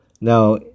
Now